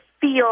feel